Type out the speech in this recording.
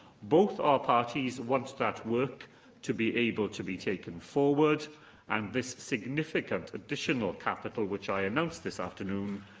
both our parties want that work to be able to be taken forward and this significant additional capital, which i announce this afternoon,